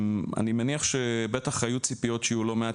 אני מניח שבטח היו ציפיות שיהיו לא מעט